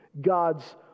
God's